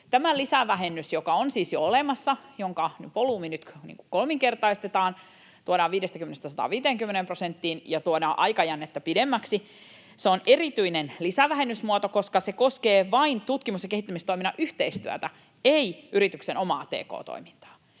Tämä lisävähennys, joka on siis jo olemassa, jonka volyymi nyt kolminkertaistetaan, tuodaan 50:stä 150 prosenttiin, ja jonka aikajännettä tuodaan pidemmäksi, on erityinen lisävähennysmuoto, koska se koskee vain tutkimus- ja kehittämistoiminnan yhteistyötä, ei yrityksen omaa tk-toimintaa.